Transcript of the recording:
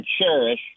cherish